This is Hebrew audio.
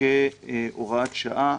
כהוראת שעה